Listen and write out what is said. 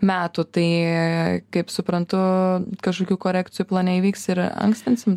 metų tai kaip suprantu kažkokių korekcijų plane įvyks ir ankstinsim